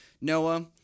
noah